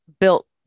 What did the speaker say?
built